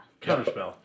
Counterspell